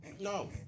no